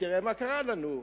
תראה מה קרה לנו.